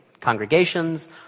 congregations